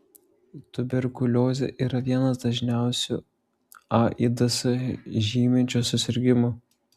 tuberkuliozė yra vienas dažniausių aids žyminčių susirgimų